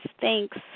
Thanks